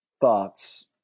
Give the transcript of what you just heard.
thoughts